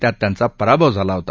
त्यात त्यांचा पराभव झाला होता